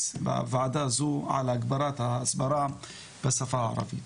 בוועדה הזו על הגברת ההסברה בשפה הערבית.